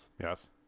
Yes